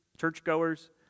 churchgoers